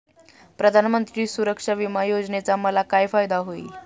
प्रधानमंत्री सुरक्षा विमा योजनेचा मला काय फायदा होईल?